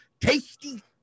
tasty